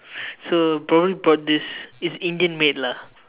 so probably bought this it's Indian made lah